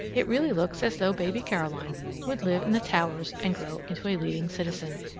it really looks as though baby caroline would live in the towers and grow into a leading citizen.